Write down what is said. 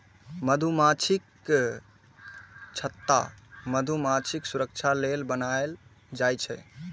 मधुमाछीक छत्ता मधुमाछीक सुरक्षा लेल बनाएल जाइ छै